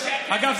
אגב,